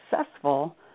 successful